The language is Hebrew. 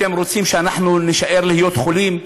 אתם רוצים שאנחנו נישאר חולים?